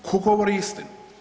Tko govori istinu?